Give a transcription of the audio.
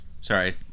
sorry